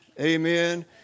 Amen